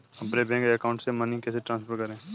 अपने bank account से money कैसे ट्रांसफर करें?